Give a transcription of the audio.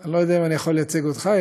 אני לא יודע אם אני יכול לייצג אותך,